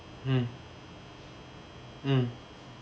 mm mm